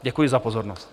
Děkuji za pozornost.